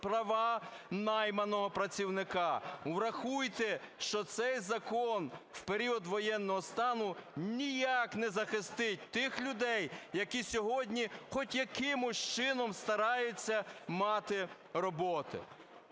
права найманого працівника. Врахуйте, що цей закон в період воєнного стану ніяк не захистить тих людей, які сьогодні хоч якимось чином стараються мати роботу.